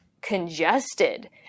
congested